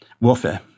warfare